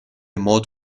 maud